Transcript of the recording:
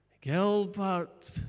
Gilbert